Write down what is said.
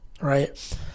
Right